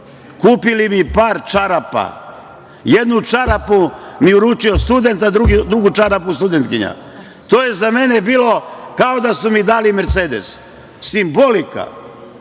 kupili su mi par čarapa – jednu čarapu mi uručio student a drugu čarapu studentkinja. To je za mene bilo kao da su mi dali „Mercedes“. Simbolika. Dajte